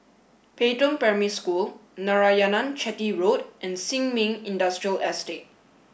Pei Tong Primary School Narayanan Chetty Road and Sin Ming Industrial Estate